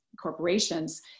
corporations